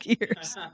years